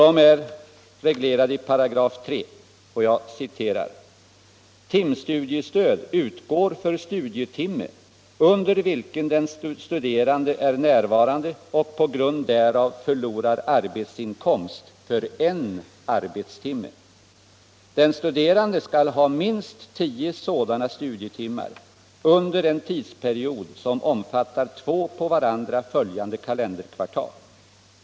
Den är reglerad i 3 §, där det heter: ”Timstudiestöd utgår för studietimme under vilken den studerande är närvarande och på grund därav förlorar arbetsinkomst för en arbetstimme. Den studerande skall ha minst tio sådana studietimmar under en tidsperiod som omfattar två på varandra följande kalenderkvartal.